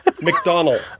McDonald